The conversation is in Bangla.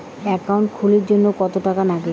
একাউন্ট খুলির জন্যে কত টাকা নাগে?